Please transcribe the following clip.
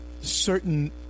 certain